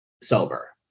sober